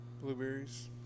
Blueberries